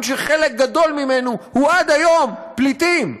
עם שחלק גדול ממנו הוא עד היום פליטים.